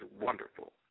wonderful